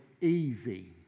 Easy